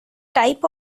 type